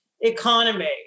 economy